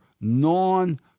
non